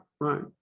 right